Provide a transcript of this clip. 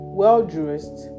well-dressed